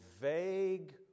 vague